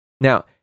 Now